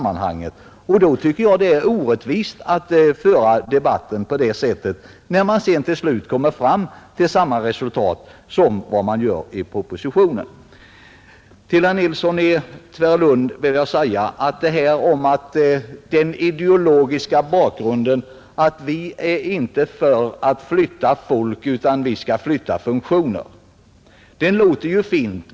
Då tycker jag att det är orättvist att föra debatten på det sättet, i synnerhet som man sedan kommer fram till samma resultat som i propositionen. Vad herr Nilsson i Tvärålund sade om den ideologiska bakgrunden och om att ”vi vill inte flytta folk utan funktioner” låter ju fint.